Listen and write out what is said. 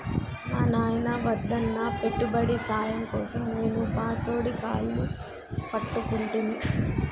మా నాయిన వద్దన్నా పెట్టుబడి సాయం కోసం నేను పతోడి కాళ్లు పట్టుకుంటిని